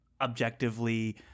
objectively